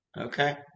okay